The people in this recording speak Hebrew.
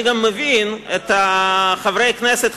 אני גם מבין את חברי הכנסת,